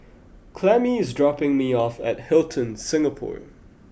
Clemmie is dropping me off at Hilton Singapore